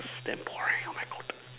it's damn boring oh my God